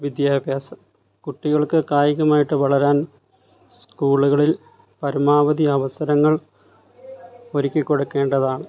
വിദ്യാഭ്യാസം കുട്ടികൾക്ക് കായികമായിട്ട് വളരാൻ സ്കൂളുകളിൽ പരമാവധി അവസരങ്ങൾ ഒരുക്കിക്കൊടുക്കേണ്ടതാണ്